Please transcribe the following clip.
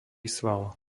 sval